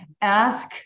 Ask